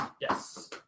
Yes